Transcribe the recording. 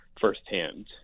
firsthand